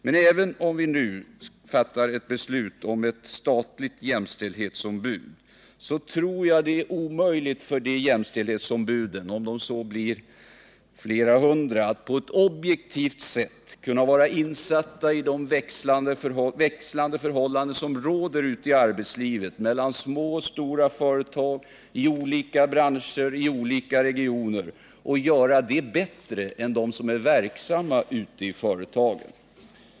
Men fattar vi nu ett beslut om ett statligt jämställdhetsombud, tror jag att det är omöjligt för dessa jämställdhetsombud, även om det blir flera hundra, att objektivt sätta sig in i de skillnader som råder mellan små och stora företag, olika branscher och olika regioner — och göra det bättre än dem som är verksamma i företagen.